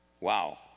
Wow